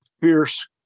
fierce